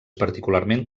particularment